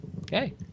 okay